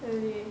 really